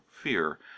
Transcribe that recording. fear